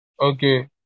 Okay